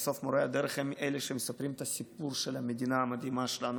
בסוף מורי הדרך הם אלה שמספרים את הסיפור של המדינה המדהימה שלנו.